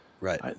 Right